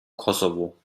kosovo